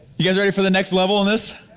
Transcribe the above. you guys ready for the next level on this?